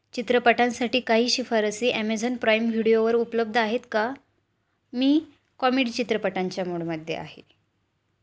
चित्रपटांसाठी काही शिफारसी ॲमेझॉन प्राईम व्हिडिओवर उपलब्ध आहेत का मी कॉमेडी चित्रपटांच्या मूडमध्ये आहे